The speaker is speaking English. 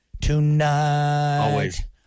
Tonight